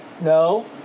No